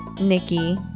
Nikki